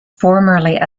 formerly